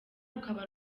rukaba